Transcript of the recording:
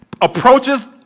approaches